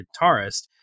guitarist